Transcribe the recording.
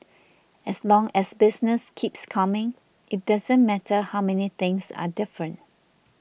as long as business keeps coming it doesn't matter how many things are different